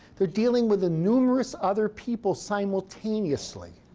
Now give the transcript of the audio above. they're dealing with the numerous other people simultaneously.